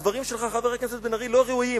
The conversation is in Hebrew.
הדברים שלך, חבר הכנסת בן-ארי, לא ראויים.